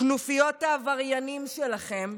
כנופיות העבריינים שלכם,